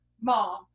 mom